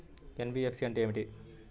NBFC అంటే ఏమిటి?